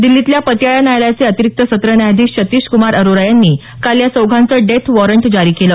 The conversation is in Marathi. दिल्लीतल्या पतियाळा न्यायालयाचे अतिरिक्त सत्र न्यायाधीश सतीश क्मार अरोरा यांनी काल या चौघांचं डेथ वॉरंट जारी केलं